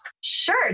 Sure